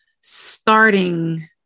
starting